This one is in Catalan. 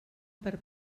per